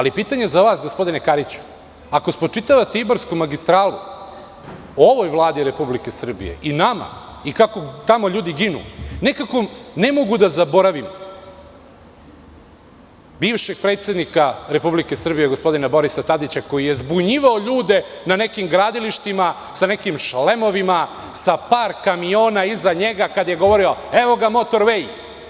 Pitanje za vas gospodine Kariću ako spočitavate Ibarsku magistralu ovoj Vladi Republike Srbije i nama kako tamo ljudi ginu, nekako ne mogu da zaboravim bivšeg predsednika Republike Srbije gospodina Borisa Tadića koji je zbunjivao ljude na nekim gradilištima sa nekim šlemovima, sa par kamiona iza njega kada je govorio – evo ga „motor-vej“